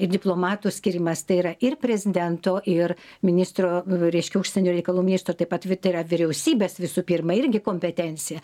ir diplomatų skyrimas tai yra ir prezidento ir ministro reiškia užsienio reikalų ministro taip pat vy tai yra vyriausybės visų pirma irgi kompetencija